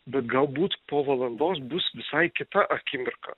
bet galbūt po valandos bus visai kita akimirka